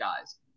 guys